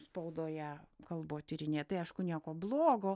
spaudoje kalbotyrinėje tai aišku nieko blogo